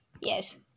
Yes